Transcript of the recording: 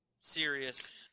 serious